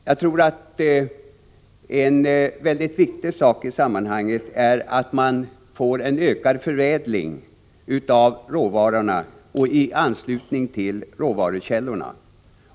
Jag tror att en viktig sak i sammanhanget är att få en ökad förädling av råvarorna i anslutning till råvarukällorna.